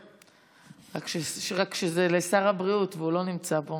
רק שזה לשר הבריאות, והוא לא נמצא פה.